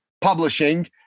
Publishing